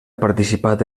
participat